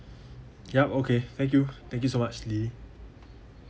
ya okay thank you thank you so much lily